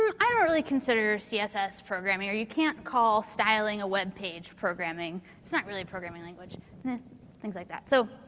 i don't really consider css programming. or you can't call styling a web page programming. it's not really a programming language. and things like that. so,